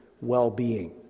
well-being